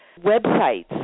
websites